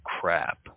crap